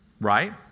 Right